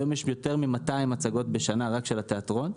היום יש יותר מ-200 הצגות בשנה רק של התיאטרון.